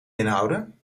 inhouden